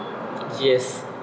yes